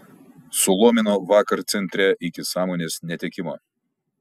sulomino vakar centre iki sąmonės netekimo